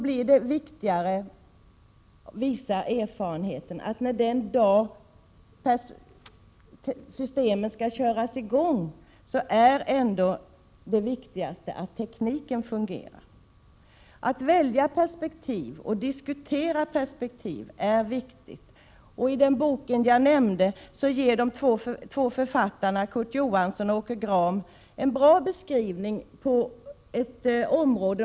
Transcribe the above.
Erfarenheten visar, att den dag systemen skall köras i gång är ändå det viktigaste att tekniken fungerar. Att välja perspektiv och diskutera perspektiv är viktigt. I den bok jag nämnde ger de två författarna, Curt Johansson och Åke Grahm, en bra beskrivning av ett område.